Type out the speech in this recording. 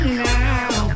now